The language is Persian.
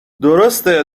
درسته